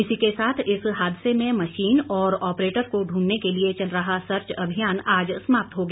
इसी के साथ इस हादसे में मशीन और ऑपरेटर को ढूंढने के लिए चल रहा सर्च अभियान आज समाप्त हो गया